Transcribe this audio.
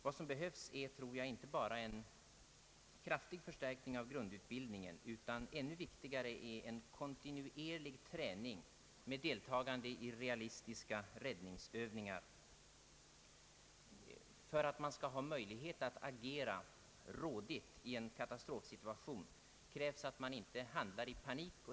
Vad som behövs är, tror jag, inte bara en kraftig förstärkning av grundutbildningen. Ännu viktigare är en kontinuerlig träning med deltagande i realistiska räddningsövningar. För att man skall ha möjlighet att agera rådigt i en katastrofsituation krävs att man inte handlar i panik.